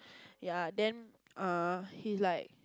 ya then err he like